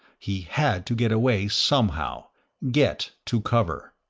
he had to get away somehow get to cover!